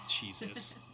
jesus